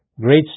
Great